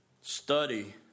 Study